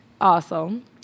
Awesome